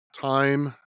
time